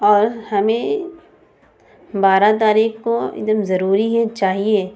اور ہمیں بارہ تاریخ کو ایک دم ضروری ہے چاہیے